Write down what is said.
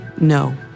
No